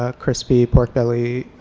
ah crispy pork belly,